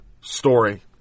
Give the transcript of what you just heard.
story